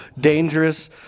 dangerous